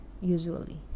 usually